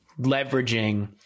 leveraging